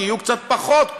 כי יהיו קצת פחות.